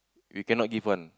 we cannot give one